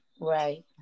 Right